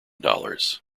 dollars